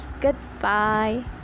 goodbye